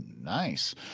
nice